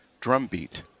drumbeat